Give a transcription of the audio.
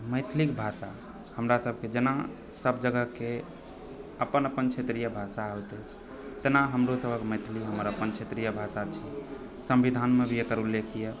मैथिलीक भाषा हमरा सभकेँ जेना सब जगहके अपन अपन क्षेत्रीय भाषा होइत अछि तहिना हमरो सभके मैथिली अपन क्षेत्रीय भाषा थिक सम्बिधानमे भी एकर उल्लेख यऽ